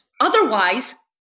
Otherwise